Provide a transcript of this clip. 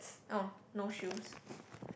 no no shoes